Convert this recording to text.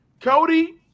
Cody